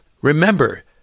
Remember